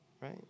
Right